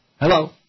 Hello